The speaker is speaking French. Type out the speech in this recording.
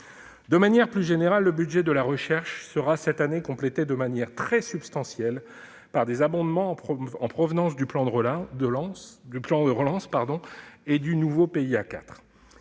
De manière plus générale, le budget de la recherche sera cette année complété de manière très substantielle par des abondements en provenance du plan de relance et du nouveau et